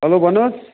hello भन्नुहोस्